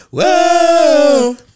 Whoa